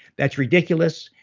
that's ridiculous,